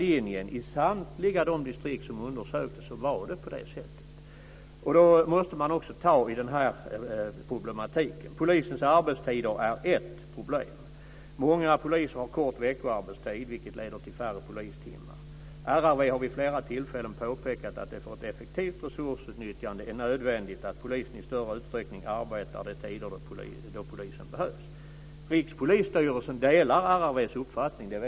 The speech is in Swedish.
I samtliga de distrikt som undersöktes var det på detta sätt över hela linjen. Då måste man också ta tag i denna problematik. Polisens arbetstider är ett problem. Många poliser har kort veckoarbetstid, vilket leder till färre polistimmar. RRV har vid flera tillfällen påpekat att det för ett effektivt resursutnyttjande är nödvändigt att polisen i större utsträckning arbetar de tider då polisen behövs. Rikspolisstyrelsen delar RRV:s uppfattning.